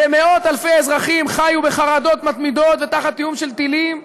ומאות אלפי אזרחים חיו בחרדות מתמידות ותחת איום של טילים,